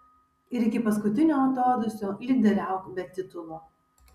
ir iki paskutinio atodūsio lyderiauk be titulo